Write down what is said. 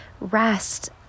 rest